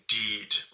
indeed